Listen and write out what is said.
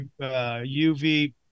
UV